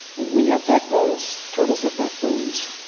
we have backbones. turtles have backbones.